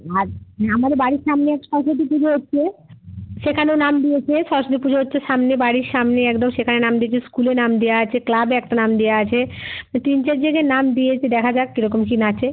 আর আমাদের বাড়ির সামনে সরস্বতী পুজো হচ্ছে সেখানেও নাম দিয়েছে সরস্বতী পুজো হচ্ছে সামনে বাড়ির সামনে একদম সেখানে নাম দিয়েছে স্কুলে নাম দেওয়া আছে ক্লাবে একটা নাম দেওয়া আছে তিন চার জায়গায় নাম দিয়েছে দেখা যাক কীরকম কী নাচে